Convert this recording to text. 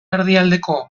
erdialdeko